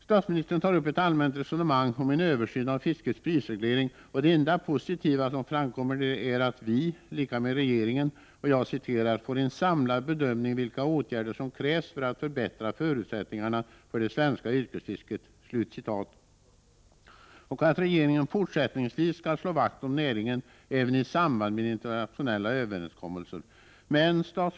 Statsministern tar upp ett allmänt resonemang om en översyn av fiskets prisreglering, och det enda positiva som framkommer där är att ”vi” — lika med regeringen — ”får en samlad bedömning vilka åtgärder som krävs för att förbättra förutsättningarna för det svenska yrkesfisket”, och att regeringen fortsättningsvis skall slå vakt om näringen även i samband med internationella överenskommelser.